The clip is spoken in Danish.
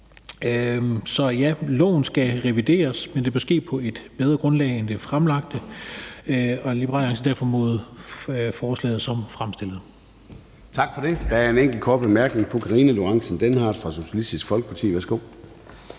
Så ja, loven skal revideres, men det bør ske på et bedre grundlag end det fremlagte, og Liberal Alliance er derfor mod forslaget, som det er fremsat. Kl. 18:30 Formanden (Søren Gade): Tak for det. Der er en enkelt kort bemærkning. Fru Karina Lorentzen Dehnhardt fra Socialistisk Folkeparti, værsgo.